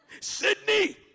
Sydney